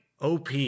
OP